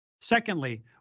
Secondly